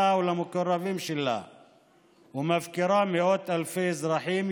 ולמקורבים שלה ומפקירה מאות אלפי אזרחים,